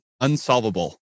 unsolvable